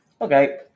Okay